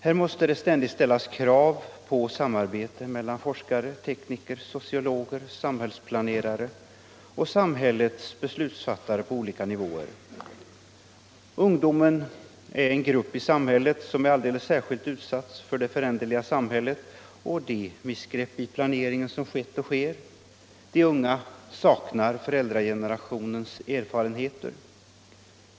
Här måste det ständigt ställas krav på samarbete mellan forskare, tekniker, sociologer, samhällsplanerare och samhällets beslutsfattare på olika nivåer. Ungdomen är en grupp som är alldeles särskilt utsatt för det föränderliga samhället och de missgrepp i planeringen som skett och sker. De unga saknar föräldragenerationens erfarenheter.